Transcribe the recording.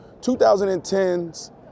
2010s